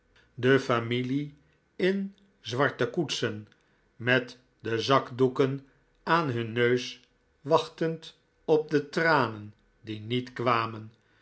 de familie in zwarte koetsen met de zakdoeken aan hun neus wachtend op de tranen die niet kwamen